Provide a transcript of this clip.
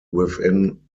within